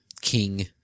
King